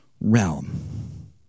realm